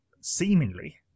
seemingly